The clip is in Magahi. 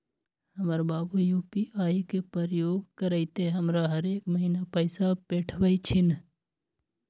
हमर बाबू यू.पी.आई के प्रयोग करइते हमरा हरेक महिन्ना पैइसा पेठबइ छिन्ह